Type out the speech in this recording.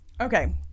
okay